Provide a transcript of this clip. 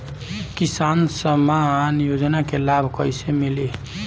किसान सम्मान योजना के लाभ कैसे मिली?